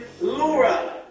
Laura